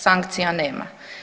Sankcija nema.